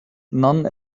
none